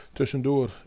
Tussendoor